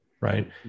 right